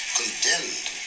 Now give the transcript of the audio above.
condemned